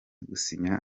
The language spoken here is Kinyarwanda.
gusinya